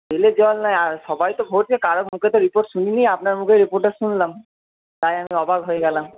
তেলে জল নয় আর সবাই তো ভরছে কারও মুখে তো রিপোর্ট শুনিনি আপনার মুখে রিপোর্টটা শুনলাম তাই আমি অবাক হয়ে গেলাম